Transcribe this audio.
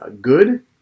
good